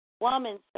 woman